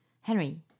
Henry